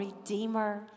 redeemer